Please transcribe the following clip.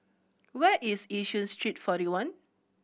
where is Yishun Street Forty One